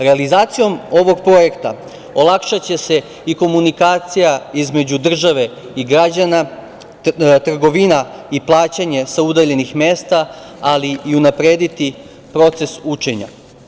Realizacijom ovog projekta olakšaće se i komunikacija između države i građana, trgovina i plaćanje sa udaljenih mesta, ali i unaprediti proces učenja.